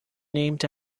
named